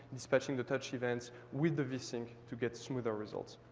dispatching the touch events with the vsync to get smoother results.